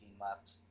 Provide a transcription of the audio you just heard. left